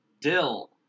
Dill